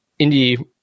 indie